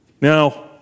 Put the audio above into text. Now